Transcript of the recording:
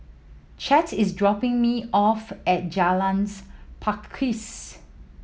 Chet is dropping me off at Jalan Pakis